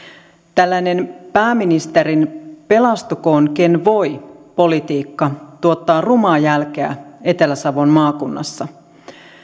tällainen pääministerin pelastukoon ken voi politiikka tuottaa rumaa jälkeä etelä savon maakunnassa